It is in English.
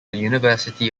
university